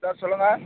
sir சொல்லுங்கள்